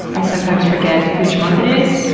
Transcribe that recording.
i sometimes forget which month it is,